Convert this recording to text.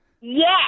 Yes